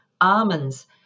almonds